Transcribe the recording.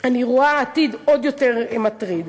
אני רואה עתיד עוד יותר מטריד.